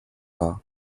war